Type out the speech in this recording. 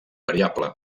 variable